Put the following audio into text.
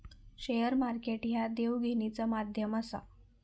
share market ह्या देवघेवीचा माध्यम आसा